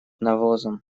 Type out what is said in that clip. навозом